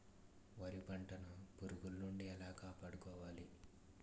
వరి పంటను పురుగుల నుండి ఎలా కాపాడుకోవాలి?